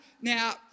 Now